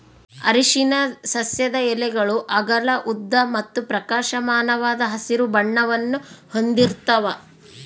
ಅರಿಶಿನ ಸಸ್ಯದ ಎಲೆಗಳು ಅಗಲ ಉದ್ದ ಮತ್ತು ಪ್ರಕಾಶಮಾನವಾದ ಹಸಿರು ಬಣ್ಣವನ್ನು ಹೊಂದಿರ್ತವ